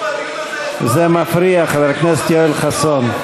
חבר הכנסת יואל חסון,